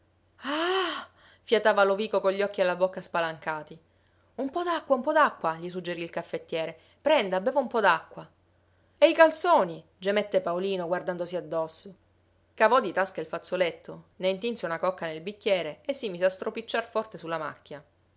aaahhh fiatava lovico con gli occhi e la bocca spalancati un po d'acqua un po d'acqua gli suggerì il caffettiere prenda beva un po d'acqua e i calzoni gemette paolino guardandosi addosso cavò di tasca il fazzoletto ne intinse una cocca nel bicchiere e si mise a stropicciar forte su la macchia